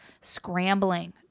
scrambling